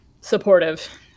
supportive